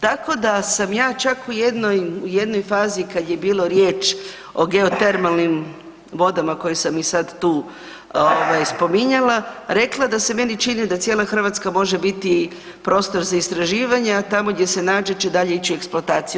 Tako da sam ja čak u jednoj fazi kad je bilo riječ o geotermalnim vodama koju sam i sad tu spominjala rekla da se meni čini da cijela Hrvatska može biti prostor za istraživanja, a tamo gdje se nađe će dalje ići u eksploataciju.